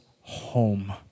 home